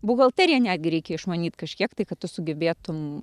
buhalteriją netgi reikia išmanyt kažkiek tai kad tu sugebėtum